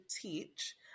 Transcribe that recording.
teach